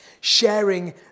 sharing